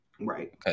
right